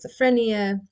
schizophrenia